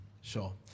Sure